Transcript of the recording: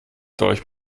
dolch